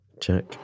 Check